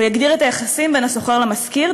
הוא יגדיר את היחסים בין השוכר למשכיר,